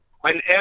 whenever